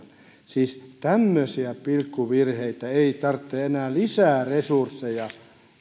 siis tämmöisiä pilkkuvirheitä etsimään ei tarvita enää lisää resursseja